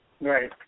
Right